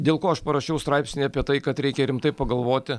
dėl ko aš parašiau straipsnį apie tai kad reikia rimtai pagalvoti